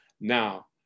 now